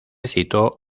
citó